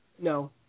No